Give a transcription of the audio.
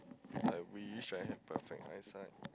I wish I have perfect eyesight